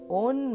own